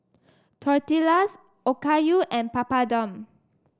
Tortillas Okayu and Papadum